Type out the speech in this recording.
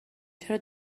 چرا